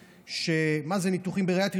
מה זה ניתוחים בריאטריים?